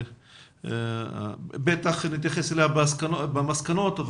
בוודאי נתייחס אליה במסקנות.